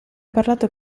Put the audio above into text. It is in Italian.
parlato